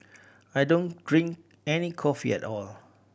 I don't drink any coffee at all